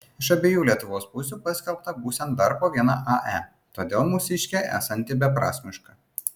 iš abiejų lietuvos pusių paskelbta būsiant dar po vieną ae todėl mūsiškė esanti beprasmiška